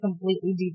completely